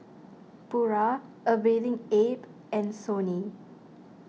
Pura A Bathing Ape and Sony